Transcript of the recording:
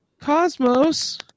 Cosmos